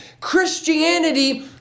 Christianity